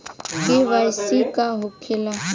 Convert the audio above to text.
KYC का होखेला?